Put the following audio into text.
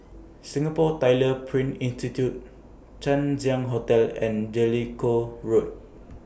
Singapore Tyler Print Institute Chang Ziang Hotel and Jellicoe Road